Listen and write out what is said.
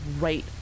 right